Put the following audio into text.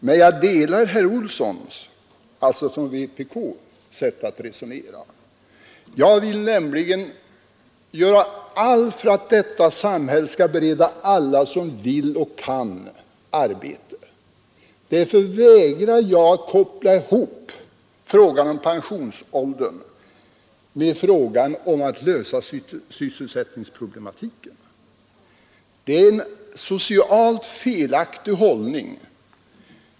Men jag delar herr Olssons i Stockholm sätt att resonera. Jag vill nämligen göra allt för att detta samhälle skall bereda arbete åt alla som vill och kan arbeta. Jag vägrar att koppla ihop frågan om pensionsåldern med frågan hur man skall lösa sysselsättningsproblemen, eftersom det vore en socialt felaktig hållning.